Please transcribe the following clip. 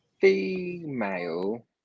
female